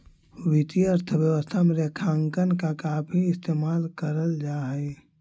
वित्तीय अर्थशास्त्र में रेखांकन का काफी इस्तेमाल करल जा हई